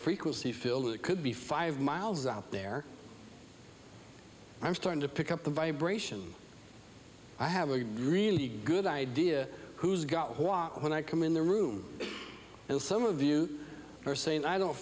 frequency field it could be five miles out there i'm starting to pick up the vibration i have a really good idea who's got why when i come in the room and some of you are saying i don't